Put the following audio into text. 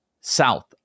south